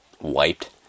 wiped